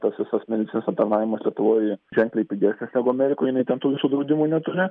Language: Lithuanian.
tas visas medicinos aptarnavimas lietuvoj ženkliai pigesnis negu amerikoj jinai ten tų visų draudimų neturi